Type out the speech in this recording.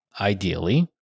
ideally